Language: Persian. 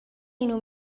اینو